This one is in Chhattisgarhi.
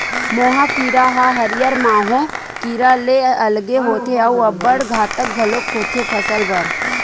मोहा कीरा ह हरियर माहो कीरा ले अलगे होथे अउ अब्बड़ घातक घलोक होथे फसल बर